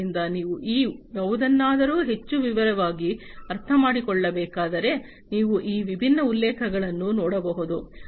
ಆದ್ದರಿಂದ ನೀವು ಈ ಯಾವುದನ್ನಾದರೂ ಹೆಚ್ಚು ವಿವರವಾಗಿ ಅರ್ಥಮಾಡಿಕೊಳ್ಳಬೇಕಾದರೆ ನೀವು ಈ ವಿಭಿನ್ನ ಉಲ್ಲೇಖಗಳನ್ನು ನೋಡಬಹುದು